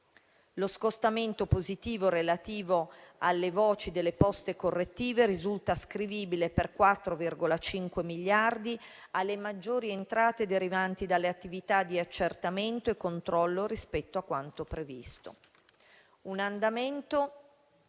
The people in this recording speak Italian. Lo scostamento positivo relativo alle voci delle poste correttive risulta ascrivibile, per 4,5 miliardi, alle maggiori entrate derivanti dalle attività di accertamento e controllo rispetto a quanto previsto. Un andamento